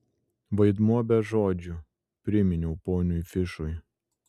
vaidmuo be žodžių priminiau poniui fišui